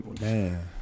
Man